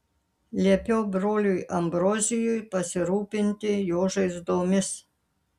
liepiau broliui ambrozijui pasirūpinti jo žaizdomis